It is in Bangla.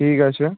ঠিক আছে